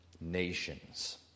nations